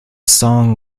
song